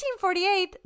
1848